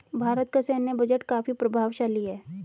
भारत का सैन्य बजट काफी प्रभावशाली है